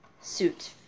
suit